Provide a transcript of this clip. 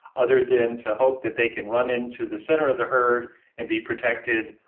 other than to hope that they can run into the center of the herd and be protected,